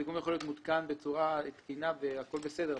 פיגום יכול להיות מותקן בצורה תקינה כאשר הכול בסדר,